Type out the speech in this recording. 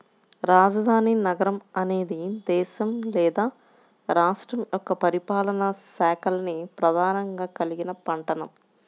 రాజధాని నగరం అనేది దేశం లేదా రాష్ట్రం యొక్క పరిపాలనా శాఖల్ని ప్రధానంగా కలిగిన పట్టణం